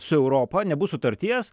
su europa nebus sutarties